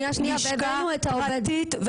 לשכה פרטית,